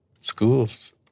Schools